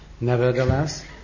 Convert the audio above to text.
Nevertheless